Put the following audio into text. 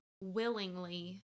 willingly